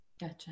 Gotcha